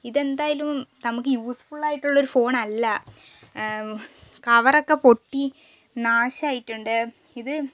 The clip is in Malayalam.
ഇത് എന്തായാലും നമുക്ക് യൂസ്ഫുൾ ആയിട്ടുള്ളൊരു ഫോൺ അല്ല കവറൊക്കെ പൊട്ടി നാശമായിട്ടുണ്ട് ഇത്